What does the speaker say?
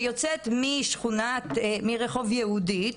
שיוצא מרחוב יהודית